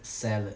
salad